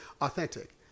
authentic